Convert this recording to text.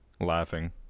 laughing